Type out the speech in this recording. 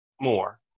more